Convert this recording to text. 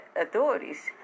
authorities